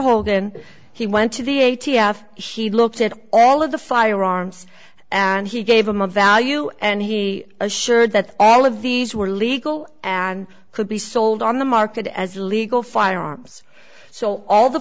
hogan he went to the a t f she looked at all of the firearms and he gave them a value and he assured that all of these were legal and could be sold on the market as legal firearms so all the